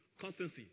Constancy